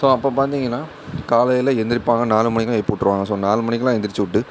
so அப்போ பார்த்தீங்கன்னா காலையில் எழுந்திரிப்பாங்க நாலு மணிக்கெலாம் எழுப்பி விட்ருவாங்க ஸோ நாலு மணிக்கெலாம் எழுந்திரிச்சுவுட்டு